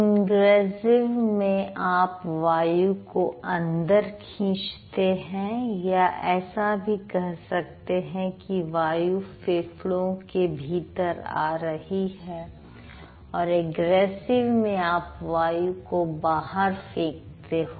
ingressive में आप वायु को अंदर खींचते हो या ऐसा भी कह सकते हैं कि वायु फेफड़ों के भीतर आ रही है और अग्रेसिव में आप वायु को बाहर फेंकते हो